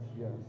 yes